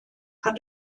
pan